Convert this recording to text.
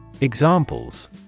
Examples